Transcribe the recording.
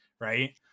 right